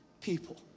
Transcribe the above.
people